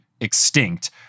extinct